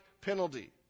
penalty